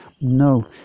No